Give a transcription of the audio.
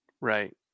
Right